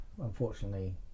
unfortunately